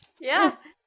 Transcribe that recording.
Yes